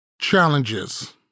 Challenges